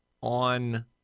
on